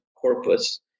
corpus